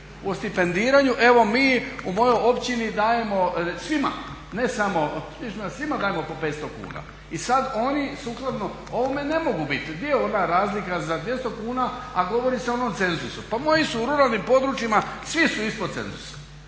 o stipendiranju. Evo mi u mojoj općini dajemo svima ne samo, svima dajemo po 500 kuna. I sad oni sukladno ovome ne mogu biti. Gdje je ona razlika za 200 kuna, a govori se o onom cenzusu. Pa moji su u ruralnim područjima svi su ispod cenzusa,